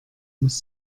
muss